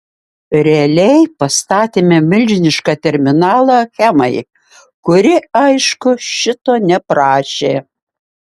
realiai pastatėme milžinišką terminalą achemai kuri aišku šito neprašė